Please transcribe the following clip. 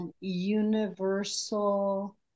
universal